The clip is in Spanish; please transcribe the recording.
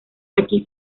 aquí